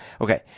Okay